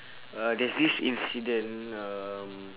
uh there's this incident um